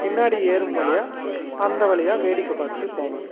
பின்னாடி ஏறும் வழியாக அந்த வழியாக வேடிக்கை பார்த்துட்டு போவேன்